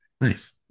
Nice